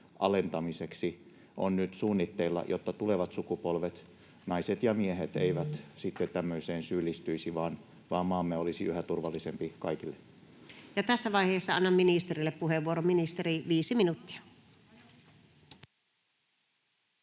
alentamiseksi? Mitä on nyt suunnitteilla, jotta tulevat sukupolvet, naiset ja miehet, eivät tämmöiseen syyllistyisi vaan maamme olisi yhä turvallisempi kaikille? [Mauri Peltokangas: Nollatoleranssi!] Ja tässä vaiheessa annan ministerille puheenvuoron. — Ministeri, 5 minuuttia.